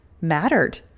mattered